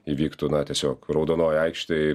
įvyktų na tiesiog raudonojoj aikštėj